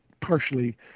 partially